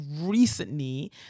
recently